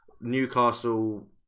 Newcastle